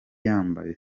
yambaye